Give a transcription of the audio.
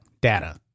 data